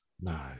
no